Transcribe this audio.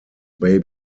may